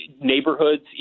neighborhoods